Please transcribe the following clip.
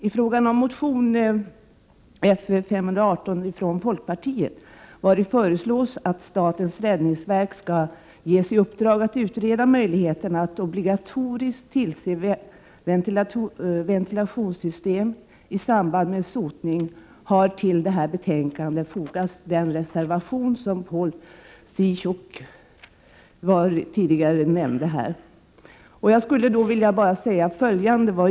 I fråga om motion Fö518 från folkpartiet, vari föreslås att statens räddningsverk skall ges i uppdrag att utreda möjligheten att obligatoriskt tillse ventilationssystem i samband med sotning, har till betänkandet fogats den reservation som Paul Ciszuk nyss talade om.